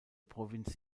provinz